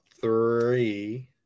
three